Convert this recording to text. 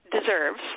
deserves